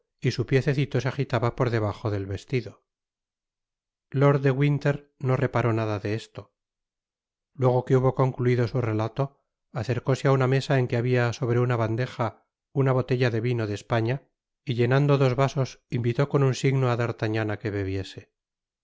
y su piececito se agitaba por debajo del vestido lord de winter no reparó nada de esto luego que hubo concluido su relato acercóse á una mesa en que habia sobre una bandeja una botella de vino de españa y llenando dos vasos invitó con un signo á d'artagnan á que bebiese